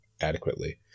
adequately